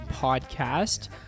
podcast